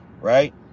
right